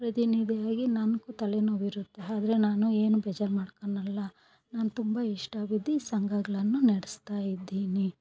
ಪ್ರತಿನಿಧಿಯಾಗಿ ನನಗೂ ತಲೆನೋವಿರುತ್ತೆ ಆದ್ರೆ ನಾನು ಏನು ಬೇಜಾರು ಮಾಡ್ಕಳಲ್ಲ ನಾನು ತುಂಬ ಇಷ್ಟ ಬಿದ್ದು ಸಂಘಗಳನ್ನು ನಡೆಸ್ತಾಯಿದ್ದೀನಿ